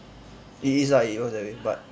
it is ah it works that way but